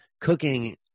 cooking